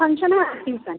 function आहे आठ दिवसांत